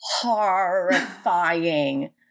Horrifying